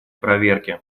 проверки